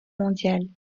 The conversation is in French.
mondiale